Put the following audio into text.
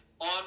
on